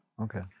Okay